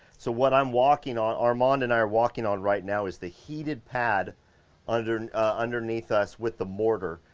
so what i'm walking on, armand and i are walking on right now, is the heated pad underneath underneath us with the mortar.